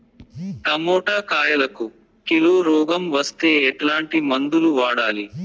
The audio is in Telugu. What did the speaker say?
టమోటా కాయలకు కిలో రోగం వస్తే ఎట్లాంటి మందులు వాడాలి?